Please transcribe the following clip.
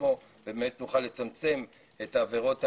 עצמו ובאמת נוכל לצמצם את עבירות האלימות,